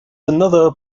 another